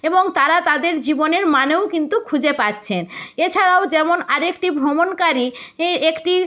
এবং তারা তাদের জীবনের মানেও কিন্তু খুঁজে পাচ্ছেন এছাড়াও যেমন আরেকটি ভ্রমণকারী ই একটি